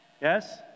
Yes